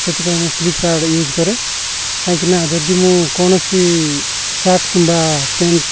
ସେଥିପାଇଁ ମୁଁ Flipkart use କରେ କାହିଁକିନା ଯଦି ମୁଁ କୌଣସି ସାର୍ଟ କିମ୍ବା ପ୍ୟାଣ୍ଟ